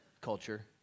culture